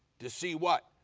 to see what?